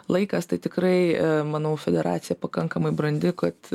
laikas tai tikrai manau federacija pakankamai brandi kad